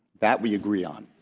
that we agree on.